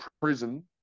prison